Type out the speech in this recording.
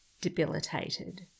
debilitated